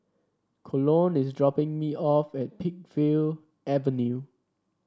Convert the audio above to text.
Colon is dropping me off at Peakville Avenue